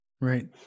Right